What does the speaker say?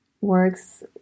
works